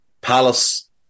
Palace